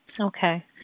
Okay